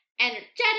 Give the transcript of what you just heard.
energetic